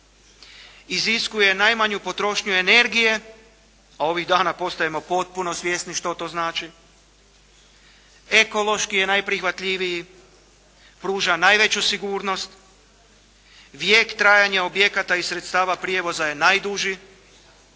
iziskuje najmanju potrošnju energije, a ovih dana postajemo potpuno svjesni što to znači, ekološki je najprihvatljiviji, pruža najveću sigurnost, vijek trajanja objekata i sredstava prijevoza je najduži